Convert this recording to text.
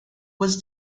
was